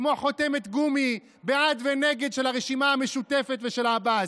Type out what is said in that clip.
כמו חותמת גומי בעד ונגד של הרשימה המשותפת ושל עבאס.